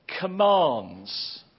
commands